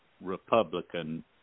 Republican